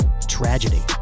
tragedy